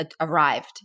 arrived